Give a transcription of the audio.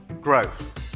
growth